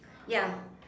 ya